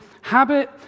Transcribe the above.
habit